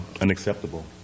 unacceptable